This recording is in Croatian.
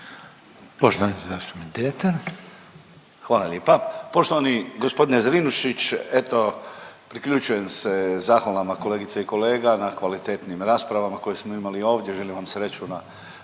**Dretar, Davor (DP)** Hvala lijepa. Poštovani gospodine Zrinušić, eto priključujem se zahvalama kolegica i kolega na kvalitetnim raspravama koje smo imali ovdje, želim vam sreću na